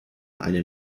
eine